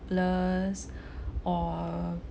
or